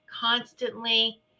constantly